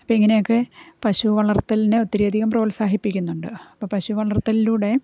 അപ്പം ഇങ്ങനെയൊക്കെ പശു വളർത്തലിനെ ഒത്തിരി അധികം പ്രോത്സാഹിപ്പിക്കുന്നുണ്ട് അപ്പം പശു വളർത്തലിലൂടെ